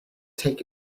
take